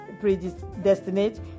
predestinate